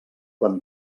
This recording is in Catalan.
quan